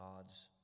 God's